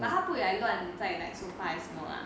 but 它不会来乱在 like sofa 还是什么 lah